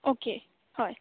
okay हय